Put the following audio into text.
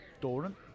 Doran